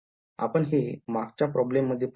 आपण हे मागच्या प्रॉब्लेम मध्ये पहिले आहे